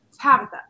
Tabitha